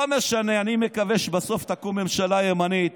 לא משנה, אני מקווה שבסוף תקום ממשלה ימנית